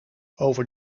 over